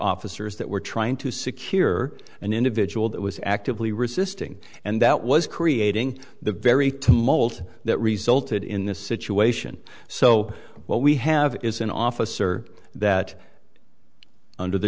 officers that were trying to secure an individual that was actively resisting and that was creating the very to mold that resulted in this situation so what we have is an officer that under the